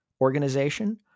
organization